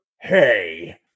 Hey